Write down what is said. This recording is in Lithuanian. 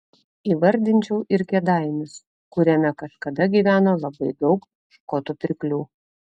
įvardinčiau ir kėdainius kuriame kažkada gyveno labai daug škotų pirklių